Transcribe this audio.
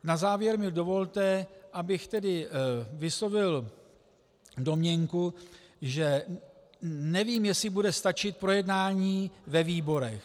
Na závěr mi dovolte, abych tedy vyslovil domněnku, že nevím, jestli bude stačit projednání ve výborech.